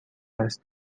است